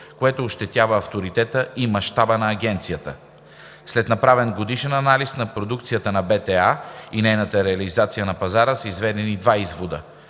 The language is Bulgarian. което ощетява авторитета и мащаба на Агенцията. След направен годишен анализ на продукцията на БТА и нейната реализация на пазара са изведени два извода,